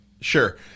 Sure